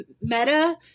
meta